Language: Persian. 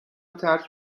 ترک